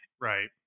Right